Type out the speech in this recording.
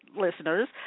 listeners